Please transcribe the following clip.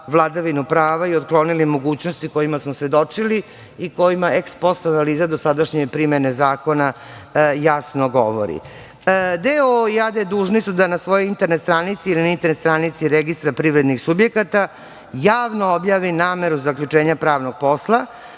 vladavinu prava i otklonili mogućnosti kojima smo svedočili i kojima eks analize dosadašnje primene zakona jasno govori.D.o.o. i a.d. dužni su da na svojoj internet stranici ili na internet stranici registra privrednih subjekata javno objavi nameru zaključenja pravnog posla